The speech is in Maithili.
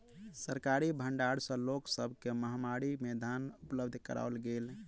सरकारी भण्डार सॅ लोक सब के महामारी में धान उपलब्ध कराओल गेल